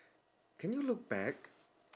can you look back